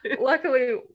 luckily